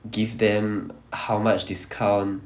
give them how much discount